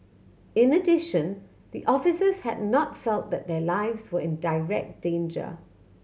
in addition the officers had not felt that their lives were in direct danger